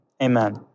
Amen